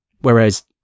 Whereas